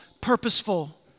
purposeful